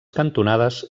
cantonades